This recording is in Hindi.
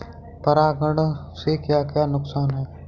परागण से क्या क्या नुकसान हैं?